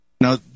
Now